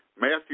Matthew